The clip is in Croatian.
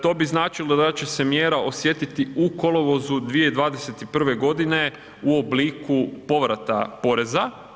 To bi značilo da će se mjera osjetiti u kolovoz 2021. godine u obliku povrata poreza.